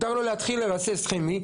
ולהתחיל לרסס כימי.